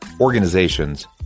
organizations